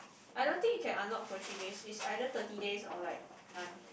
I don't think you can unlock for three days is either thirty days or like none